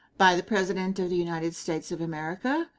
by the president of the united states of america.